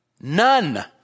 None